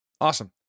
Awesome